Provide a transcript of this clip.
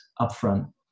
upfront